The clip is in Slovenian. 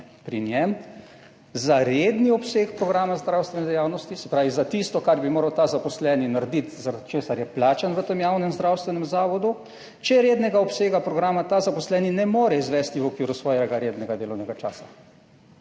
pri njem za redni obseg programa zdravstvene dejavnosti, se pravi za tisto, kar bi moral ta zaposleni narediti, zaradi česar je plačan v tem javnem zdravstvenem zavodu, če rednega obsega programa ta zaposleni ne more izvesti v okviru svojega rednega delovnega časa.